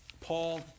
Paul